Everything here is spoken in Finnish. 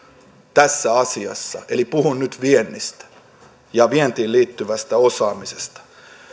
tässä asiassa eli puhun nyt viennistä ja vientiin liittyvästä osaamisesta